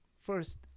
first